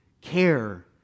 care